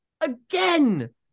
again